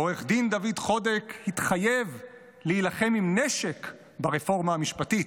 עורך הדין דוד חודק התחייב להילחם עם נשק ברפורמה משפטית.